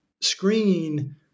screen